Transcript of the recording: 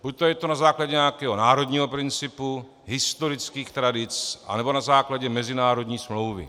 Buď je to na základě nějakého národního principu, historických tradic, nebo na základě mezinárodní smlouvy.